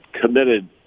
committed